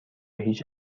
هیچ